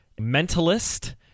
mentalist